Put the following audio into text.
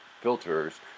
filters